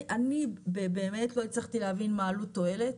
אני באמת לא הצלחתי להבין מה העלות תועלת,